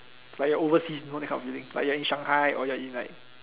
like your overseas you know that kind of feeling like you're in Shanghai or you're in like